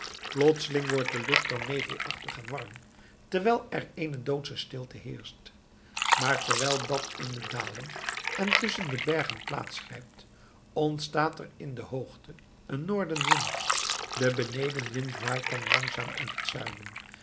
plotseling wordt de lucht dan nevelachtig en warm terwijl er eene doodsche stilte heerscht maar terwijl dat in de dalen en tusschen de bergen plaats grijpt ontstaat er in de hoogte een noordenwind de benedenwind waait dan langzaam uit het zuiden